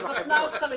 אני מפנה אותך לשם.